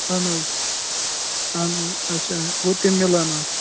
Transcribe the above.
اَہَن حظ اَہَن حظ اَچھا گوٚو تِم میلان حظ